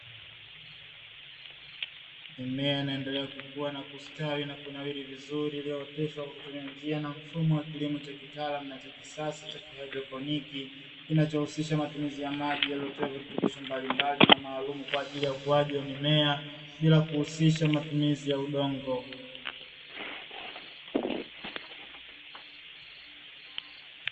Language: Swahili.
Mimea inaendelea kukua na kustawi na kunawiri vizuri, iliyooteshwa kwa kutumia njia na mfumo wa kilimo cha kitaalamu na cha kisasa cha kihaidroponi. Kinachohusisha matumizi ya maji yaliyotiwa virutubisho mbalimbali na maalumu kwa ajili ya ukuaji wa mimea bila kuhusisha matumizi ya udongo.